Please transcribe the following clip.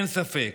אין ספק.